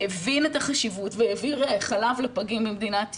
הבין את החשיבות והעביר חלב לפגים במדינת ישראל.